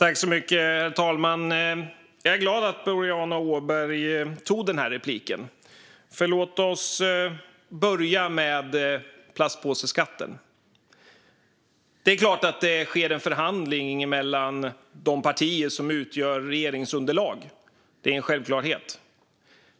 Herr talman! Jag är glad att Boriana Åberg tog replik på mig. Låt oss börja med plastpåseskatten. Givetvis sker det en förhandling mellan de partier som utgör regeringsunderlaget.